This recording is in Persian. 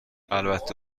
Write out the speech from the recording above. البته